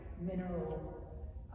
mineral